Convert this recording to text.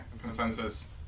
consensus